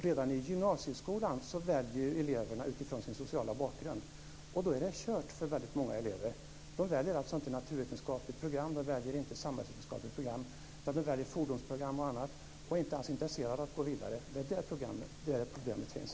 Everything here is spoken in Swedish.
Redan i gymnasieskolan väljer eleverna utifrån sin sociala bakgrund, och då är det kört för många elever. De väljer inte naturvetenskapligt program, de väljer inte samhällsvetenskapligt program. De väljer i stället fordonsprogram och annat och är inte alls intresserade av att gå vidare. Det är där problemet finns.